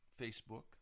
Facebook